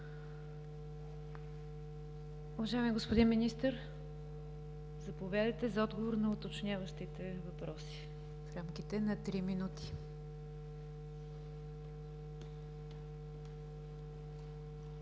Уважаеми господин Министър, заповядайте за отговор на уточняващите въпроси в рамките на три минути.